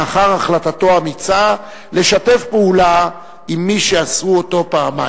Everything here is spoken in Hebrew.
לאחר החלטתו האמיצה לשתף פעולה עם מי שאסרו אותו פעמיים.